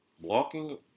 Walking